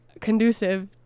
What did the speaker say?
conducive